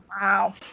Wow